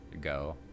go